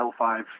L5